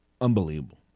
unbelievable